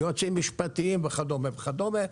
יועצים משפטיים וכדומה וכדומה,